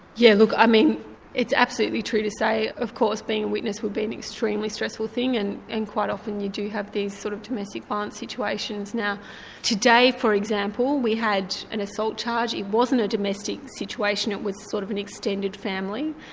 yeah look i mean it's absolutely true to say of course being a witness would be an extremely stressful thing and and quite often you do have these sort of domestic violence situations. now today for example, we had an assault charge it wasn't a domestic situation, it was sort of an extended family,